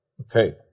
Okay